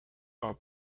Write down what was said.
are